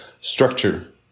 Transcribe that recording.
structure